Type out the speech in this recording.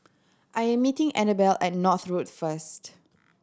I am meeting Annabelle at North Road first